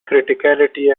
criticality